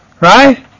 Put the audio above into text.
Right